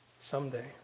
someday